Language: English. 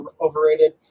overrated